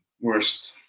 worst